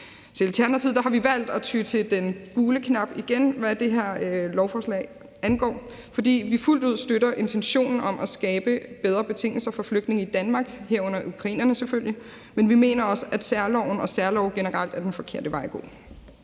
i Alternativet har vi valgt at ty til den gule knap, igen, hvad det her lovforslag angår, fordi vi fuldt ud støtter intentionen om at skabe bedre betingelser for flygtninge i Danmark, herunder ukrainerne selvfølgelig, men vi mener også, at særloven og særlove generelt er den forkerte vej at gå.